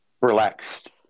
relaxed